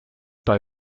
bei